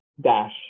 dash